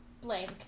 blank